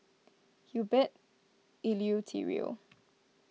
Herbert Eleuterio